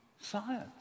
science